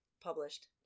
published